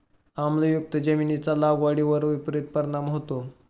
आम्लयुक्त जमिनीचा लागवडीवर विपरीत परिणाम होतो